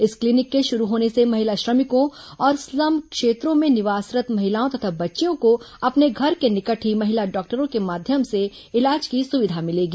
इस क्लीनिक के शुरू होने से महिला श्रमिकों और स्लम क्षेत्रों में निवासरत् महिलाओं तथा बच्चियों को अपने घर के निकट ही महिला डॉक्टरों के माध्यम से इलाज की सुविधा मिलेगी